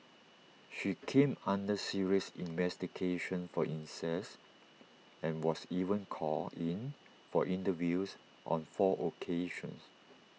she came under serious investigation for incest and was even called in for interviews on four occasions